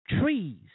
trees